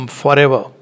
forever